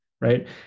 right